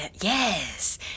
Yes